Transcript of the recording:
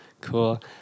Cool